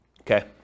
Okay